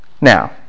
Now